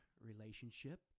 relationship